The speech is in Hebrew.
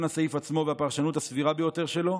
הסעיף עצמו והפרשנות הסבירה ביותר שלו,